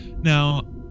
now